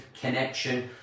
connection